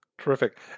Terrific